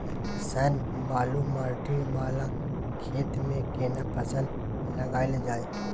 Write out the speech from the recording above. Sir बालू माटी वाला खेत में केना फसल लगायल जाय?